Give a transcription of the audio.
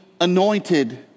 anointed